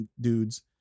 dudes